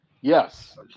Yes